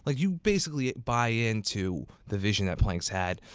ah you basically buy into the vision that plank's had.